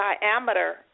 diameter